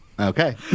Okay